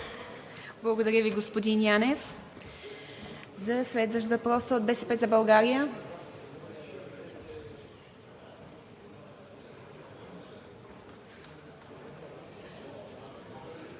Благодаря Ви, господин Янев. За следващ въпрос – от „БСП за България“?